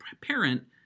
parent